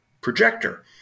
projector